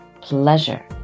pleasure